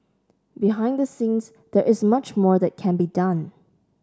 behind the scenes there is much more that can be done